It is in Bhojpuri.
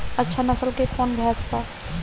अच्छा नस्ल के कौन भैंस बा?